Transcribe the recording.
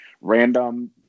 random